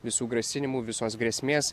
visų grasinimų visos grėsmės